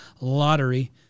lottery